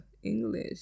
English